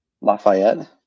Lafayette